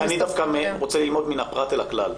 אני רוצה ללמוד מן הפרט אל הכלל.